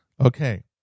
Okay